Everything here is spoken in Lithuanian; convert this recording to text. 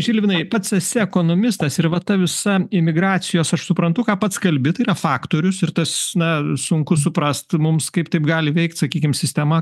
žilvinai pats esi ekonomistas ir va ta visa imigracijos aš suprantu ką pats kalbi tai yra faktorius ir tas na sunku suprast mums kaip taip gali veikti sakykim sistema